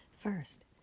First